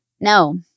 No